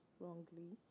wrongly